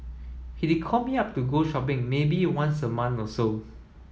he'd call me up to go shopping maybe once a month or so